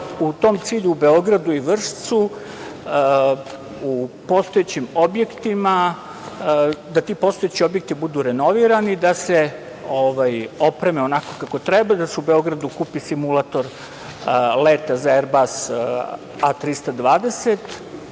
u tom cilju u Beogradu i Vršcu, u postojećim objektima, da ti postojeći objekti budu renovirani, da se opreme onako kako treba, da se u Beogradu kupi simulator leta za „Erbas A320“,